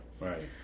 Right